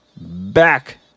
back